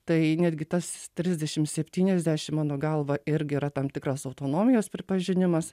tai netgi tas trisdešim septyniasdešim mano galva irgi yra tam tikras autonomijos pripažinimas